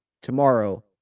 tomorrow